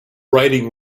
writing